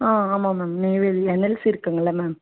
ஆ ஆமாம் ma'am Neyveli NLC இருக்குங்கள்ல ma'am